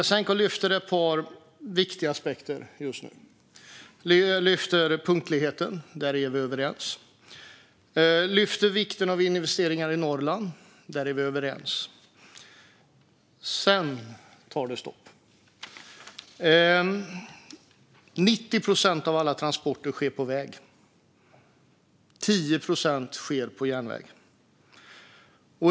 Jasenko lyfte upp ett par viktiga aspekter, till exempel punktlighet. Och där är vi överens. Han lyfter upp vikten av investeringar i Norrland. Där är vi överens. Sedan tar det stopp. 90 procent av alla transporter sker på väg. 10 procent sker på järnväg.